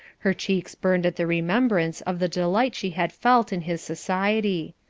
her cheeks burned at the remembrance of the delight she had felt in his society.